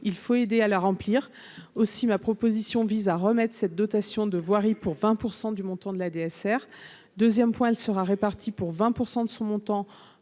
il faut aider à la remplir aussi ma proposition vise à remettre cette dotation de voirie pour 20 % du montant de la DSR 2ème point elle sera répartie pour 20 % de ce montant